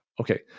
okay